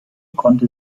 konnte